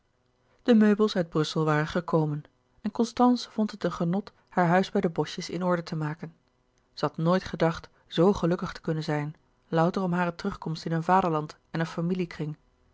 de meubels uit brussel waren gekomen en constance vond het een genot haar huis bij de boschjes in orde te maken zij had nooit gedacht zoo gelukkig te kunnen zijn louter om hare terugkomst in een vaderland en een familie kring